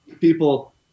people